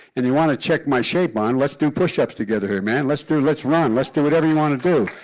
and you want to check my shape, and let's do push-ups together here, man. let's do let's run. let's do whatever you want to do.